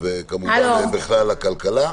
וכמובן בכלל לכלכלה.